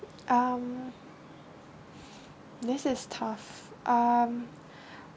um this is tough um